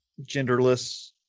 genderless